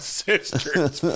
sister's